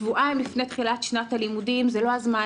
שבועיים לפני תחילת שנת הלימודים זה לא הזמן